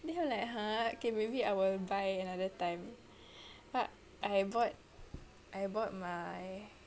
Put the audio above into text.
then I'm like !huh! okay maybe I will buy another time but I bought I bought my